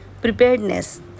preparedness